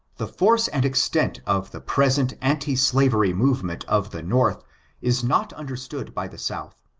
the force and extent of the present anti-slavery movement of the north is not understood by the south.